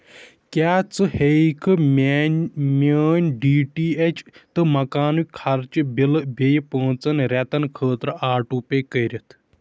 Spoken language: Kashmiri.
کیٛاہ ژٕ ہیکھہٕ میانہِ میٲنۍ ڈی ٹی ایٚچ تہٕ مکانٕک خرچہِ بِلہٕ بیٚیہِ پانٛژن رٮ۪تن خٲطرٕ آٹوٗ پے کٔرِتھ